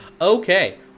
Okay